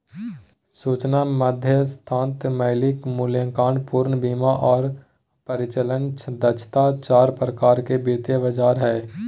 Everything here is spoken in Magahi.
सूचना मध्यस्थता, मौलिक मूल्यांकन, पूर्ण बीमा आर परिचालन दक्षता चार प्रकार के वित्तीय बाजार हय